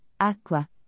acqua